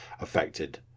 affected